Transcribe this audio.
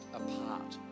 apart